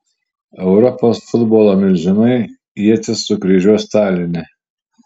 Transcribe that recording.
europos futbolo milžinai ietis sukryžiuos taline